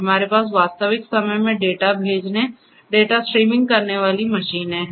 हमारे पास वास्तविक समय में डेटा भेजने डेटा स्ट्रीमिंग करने वाली मशीनें हैं